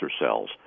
cells